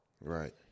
right